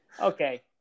okay